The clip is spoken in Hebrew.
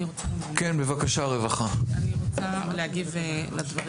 אני רוצה להגיב לדברים